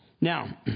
Now